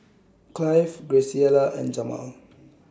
Clive Graciela and Jamaal